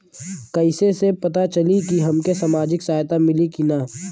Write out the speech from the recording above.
कइसे से पता चली की हमके सामाजिक सहायता मिली की ना?